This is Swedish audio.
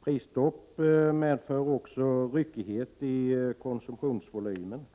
Prisstopp medför också ryckighet i konsumtionsvolymen.